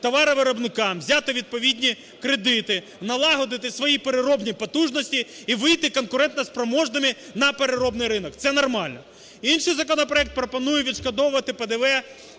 товаровиробникам, взяти відповідні кредити, налагодити свої переробні потужності і вийти конкурентоспроможними на переробний ринок. Це нормально. Інший законопроект пропонує відшкодовувати ПДВ